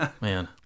Man